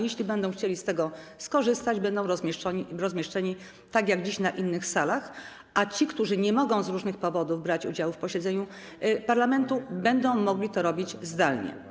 Jeśli będą chcieli z tego skorzystać, będą rozmieszczeni tak jak dziś w innych salach, a ci, którzy nie mogą z różnych powodów brać udziału w posiedzeniu parlamentu, będą mogli to robić zdalnie.